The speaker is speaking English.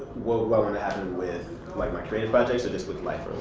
what do i want to happen with like my creative projects or just with life?